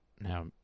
now